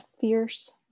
fierce